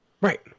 Right